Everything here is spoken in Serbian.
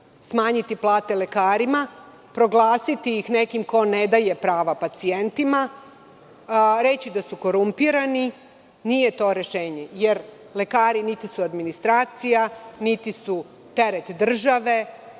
smanjiti plate lekarima, proglasiti ih nekim ko ne daje prava pacijentima, reći da su korumpirani. Nije to rešenje, jer lekari niti su administracija, niti su teret države,